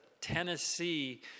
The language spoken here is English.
Tennessee